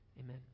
Amen